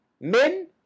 Men